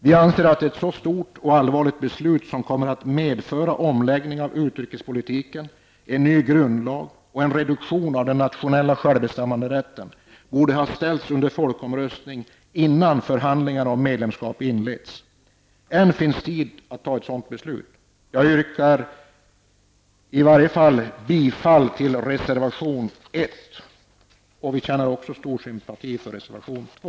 Vi anser att ett så här stort och allvarligt beslut -- det kommer ju att medföra en omläggning av utrikespolitiken, en ny grundlag och en reduktion av den nationella självbestämmanderätten -- borde ställas under folkomröstning innan förhandlingar om medlemskap inleds. Men det är ännu inte för sent att fatta ett sådant beslut. Jag yrkar bifall till reservation 1. För övrigt känner vi också stor sympati för reservation 2.